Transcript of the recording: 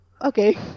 okay